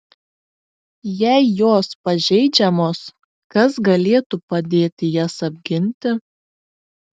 jei jos pažeidžiamos kas galėtų padėti jas apginti